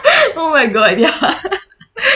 oh my god ya